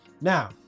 Now